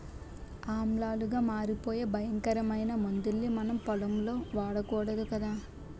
ఆమ్లాలుగా మారిపోయే భయంకరమైన మందుల్ని మనం పొలంలో వాడకూడదు కదా